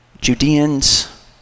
Judeans